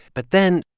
but then.